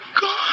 Gone